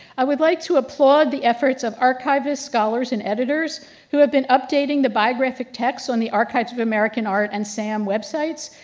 i would like to applaud the efforts of archivists, scholars, and editors who have been updating the biographic texts on the archives of american art and saam websites,